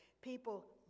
people